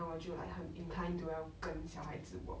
then 我就 like 很 inclined to 要跟小孩子 work